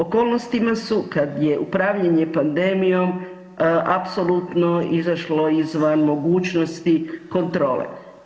Okolnostima su kad je upravljanje pandemijom apsolutno izašlo izvan mogućnosti kontrole.